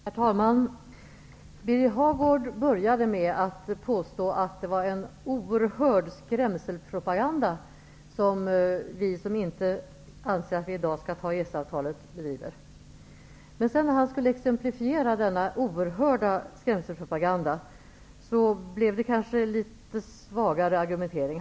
Herr talman! Birger Hagård började med att påstå att vi som inte anser att vi i dag skall säga ja till EES-avtalet bedriver en oerhörd skrämselpropaganda. Men när han sedan skulle exemplifiera denna oerhörda skrämselpropaganda blev argumenteringen kanske litet svagare.